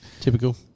Typical